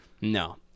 No